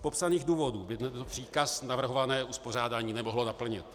Z popsaných důvodů by tento příkaz navrhované uspořádání nemohlo naplnit.